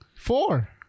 Four